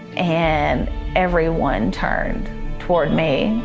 and everyone turned towards me.